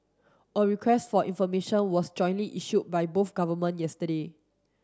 a request for information was jointly issued by both government yesterday